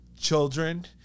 children